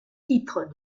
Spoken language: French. titre